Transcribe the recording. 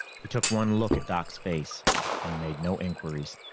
he took one look at doc's face and made no inquiries.